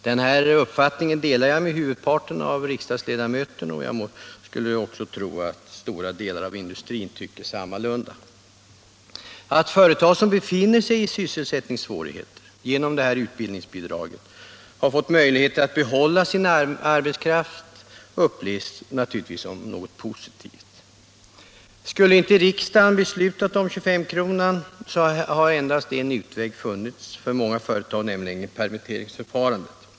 Denna uppfattning delar jag med huvudparten av riksdagsledamöterna, och jag skulle tro att stora delar av industrin tycker sammalunda. Att företag med sysselsättningssvårigheter genom utbildningsbidraget har fått möjligheter att behålla sin arbetskraft upplevs naturligtvis som något positivt. Skulle inte riksdagen ha beslutat om 25-kronan, hade endast en utväg funnits för många företag — nämligen permitteringsförfarandet.